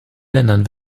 ländern